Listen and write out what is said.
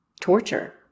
torture